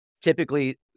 typically